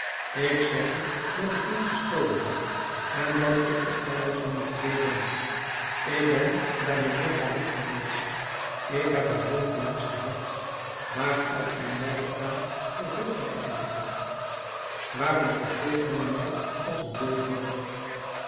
ik zeg u dat ik niet gestolen heb en dat ik de oude champmathieu ben ik ben bij mijnheer baloup geweest ik heb een woonplaats gehad maar al uw malle praat verveelt mij eindelijk waarom vervolgt men mij als een wild dier